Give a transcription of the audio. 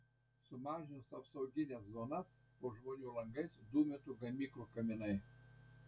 sumažinus apsaugines zonas po žmonių langais dūmytų gamyklų kaminai